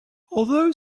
although